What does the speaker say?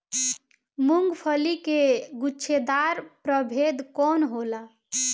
मूँगफली के गुछेदार प्रभेद कौन होला?